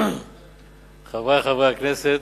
חברי חברי הכנסת,